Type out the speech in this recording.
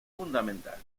fundamental